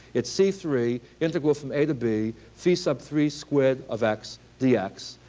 it's c three integral from a to b c sub three squared of x dx.